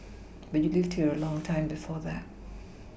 but you lived here a long time before that